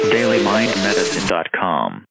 DailyMindMedicine.com